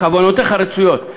כוונותיך רצויות,